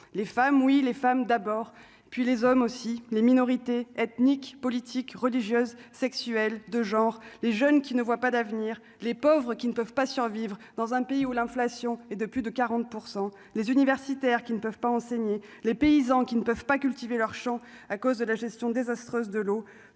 les femmes oui, les femmes d'abord, puis les hommes aussi les minorités ethniques, politiques, religieuses, sexuelles de genre : les jeunes qui ne voient pas d'avenir, les pauvres qui ne peuvent pas survivre dans un pays où l'inflation et de plus de 40 % les universitaires qui ne peuvent pas enseigner les paysans qui ne peuvent pas cultiver leurs champs à cause de la gestion désastreuse de l'eau,